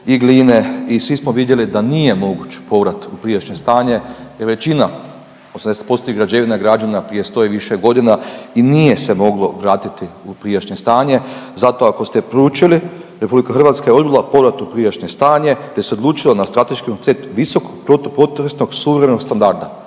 i Gline i svi smo vidjeli da nije moguć povrat u prijašnje stanje jer većina 80% građevina je građena prije 100 i više godina i nije se moglo vratiti u prijašnje stanje. Zato ako ste proučili, RH je odbila povrat u prijašnje stanje te se odlučilo na strateški koncept visokog protupotresnog suvremenog standarda.